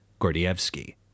gordievsky